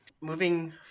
moving